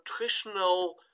nutritional